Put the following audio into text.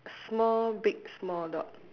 small big small dot